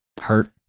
hurt